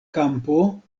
kampo